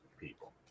people